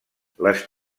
les